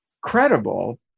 credible